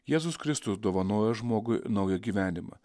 jėzus kristus dovanoja žmogui naują gyvenimą